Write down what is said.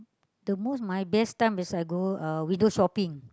the most my best time is I go uh window shopping